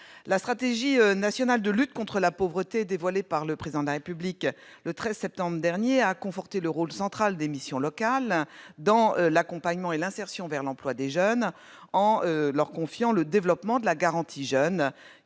de prévention et de lutte contre la pauvreté, dévoilée par le Président de la République le 13 septembre dernier, a conforté le rôle central des missions locales dans l'accompagnement et l'insertion vers l'emploi des jeunes en leur confiant le développement de la garantie jeunes,